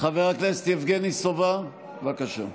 חבר הכנסת יבגני סובה, בבקשה.